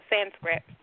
Sanskrit